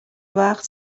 وقت